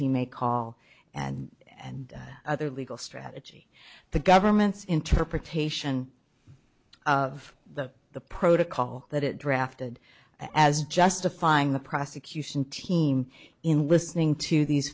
he may call and and other legal strategy the government's interpretation of the the protocol that it drafted as justifying the prosecution team in listening to these